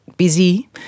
busy